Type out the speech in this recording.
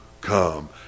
come